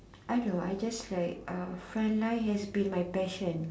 I know I just like uh front line has been my passion